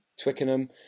Twickenham